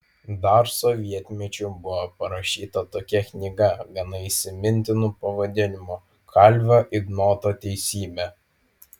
dar sovietmečiu buvo parašyta tokia knyga gana įsimintinu pavadinimu kalvio ignoto teisybė